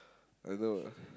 I know